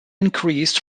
increased